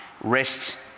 rest